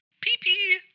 Pee-pee